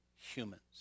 humans